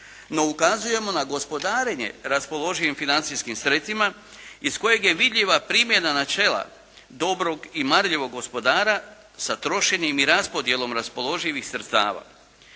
no ukazujemo na gospodarenje raspoloživim financijskim sredstvima iz kojih je vidljiva primjena načela dobrog i marljivog gospodara sa trošenjem i raspodjelom raspoloživih sredstava.